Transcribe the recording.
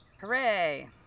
Hooray